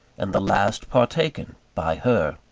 and the last partaken by her.